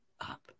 up